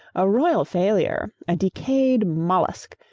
a royal failure, a decayed mollusk,